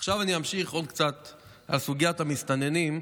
עוד קצת על סוגיית המסתננים.